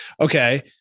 okay